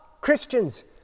Christians